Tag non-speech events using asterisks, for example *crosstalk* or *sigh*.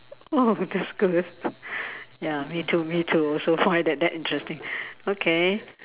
oh that's good *laughs* ya me too me too also find that that interesting okay